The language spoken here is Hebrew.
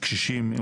קשישים,